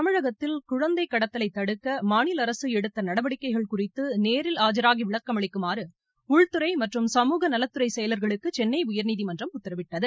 தமிழகத்தில் குழந்தை கடத்தலை தடுக்க மாநில அரசு எடுத்த நடவடிக்கைகள் குறித்து நேரில் ஆஜராகி விளக்கம் அளிக்குமாறு உள்துறை மற்றும் சமூக நலத்துறை செயலர்களுக்கு சென்னை உயர்நீதிமன்றம் உத்தரவிட்டது